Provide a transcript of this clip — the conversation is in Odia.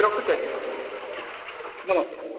ରଖୁଛି ଆଜ୍ଞା ନମସ୍କାର